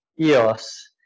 EOS